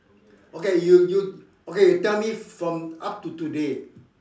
okay you you okay you tell me from up to today